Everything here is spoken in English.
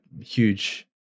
huge